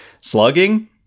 slugging